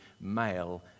male